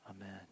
Amen